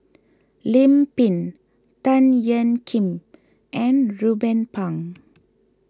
Lim Pin Tan Ean Kiam and Ruben Pang